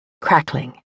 crackling